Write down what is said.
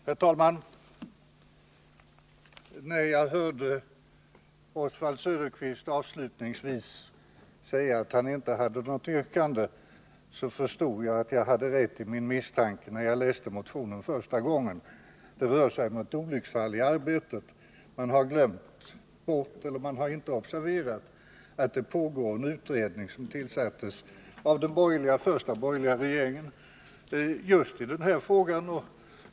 Herr talman! När jag hörde Oswald Söderqvist avslutningsvis säga att han inte hade något yrkande, så förstod jag att jag hade rätt i min misstanke när jagläste motionen första gången: Det rör sig om ett olycksfall i arbetet. Man har inte observerat att det pågår en utredning, som tillsattes av den första borgerliga regeringen, just i den här frågan.